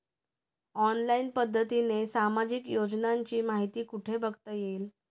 Online पद्धतीने सामाजिक योजनांची माहिती कुठे बघता येईल?